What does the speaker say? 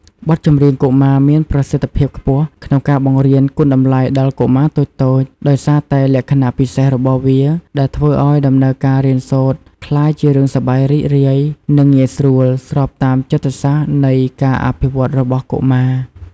បទចម្រៀងកុមារមានប្រសិទ្ធភាពខ្ពស់ក្នុងការបង្រៀនគុណតម្លៃដល់កុមារតូចៗ ដោយសារតែលក្ខណៈពិសេសរបស់វា ដែលធ្វើឲ្យដំណើរការរៀនសូត្រក្លាយជារឿងសប្បាយរីករាយ និងងាយស្រួល ស្របតាមចិត្តសាស្ត្រនៃការអភិវឌ្ឍន៍របស់កុមារ។